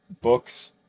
books